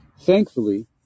Thankfully